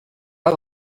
pas